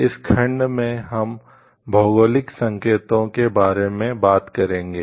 इस खंड में हम भौगोलिक संकेतों के बारे में बात करेंगे